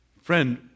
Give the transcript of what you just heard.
Friend